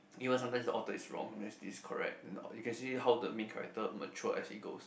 you know sometimes the author is wrong then this correct then you can see how the main character mature as it goes